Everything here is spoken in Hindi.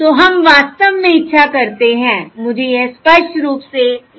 तो हम वास्तव में इच्छा करते हैं मुझे यह स्पष्ट रूप से लिखना चाहिए